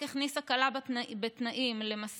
החוק הכניס הקלה בתנאים למספרות,